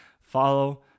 Follow